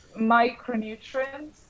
micronutrients